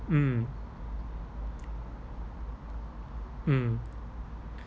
mm mm